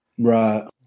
Right